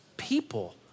people